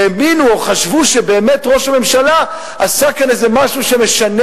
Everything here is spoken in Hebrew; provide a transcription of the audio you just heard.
האמינו או חשבו שבאמת ראש הממשלה עשה כאן איזה משהו שמשנה